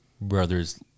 brother's